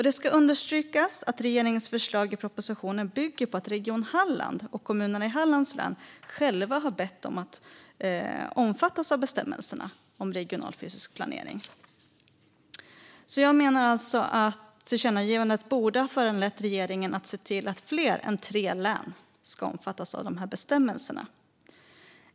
Det ska understrykas att regeringens förslag i propositionen bygger på att Region Halland och kommunerna i Hallands län själva har bett om att få omfattas av bestämmelserna om regional fysisk planering. Jag menar alltså att tillkännagivandet borde ha föranlett regeringen att se till att fler än tre län ska omfattas av bestämmelserna.